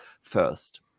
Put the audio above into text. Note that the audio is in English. first